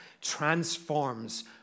transforms